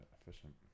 efficient